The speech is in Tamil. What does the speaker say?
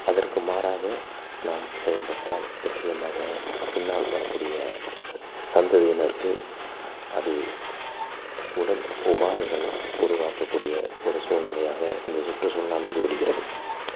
அதற்கு மாறாக நாம் செயல்பட்டால் நிச்சயமாக பின்னால் வரக்கூடிய சந்ததியினருக்கு அது உடல் உபாதைகள் உருவாக்கக்கூடிய ஒரு சூழல்நிலையாக இந்த சுற்றுசூழல் அமைந்து விடுகிறது